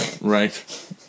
Right